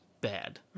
bad